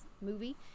movie